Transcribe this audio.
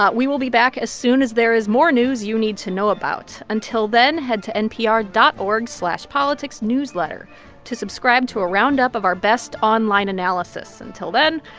ah we will be back as soon as there is more news you need to know about. until then, head to npr dot org slash politicsnewsletter to subscribe to a roundup of our best online analysis. until then,